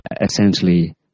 essentially